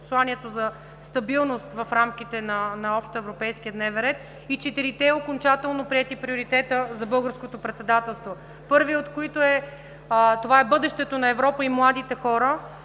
посланието за стабилност в рамките на общоевропейския дневен ред, и четирите окончателно приети приоритета за Българското председателство. Първият е бъдещето на Европа и младите хора